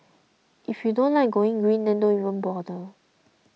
if you don't like going green then don't even bother